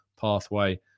pathway